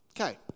Okay